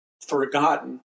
forgotten